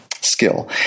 skill